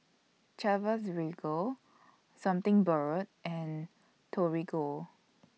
Chivas Regal Something Borrowed and Torigo